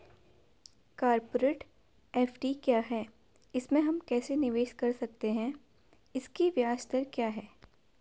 Corporate FD क्या है इसमें हम कैसे निवेश कर सकते हैं इसकी ब्याज दर क्या है?